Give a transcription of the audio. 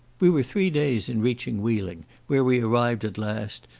we were three days in reaching wheeling, where we arrived at last,